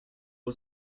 was